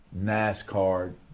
NASCAR